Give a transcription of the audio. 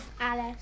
Alice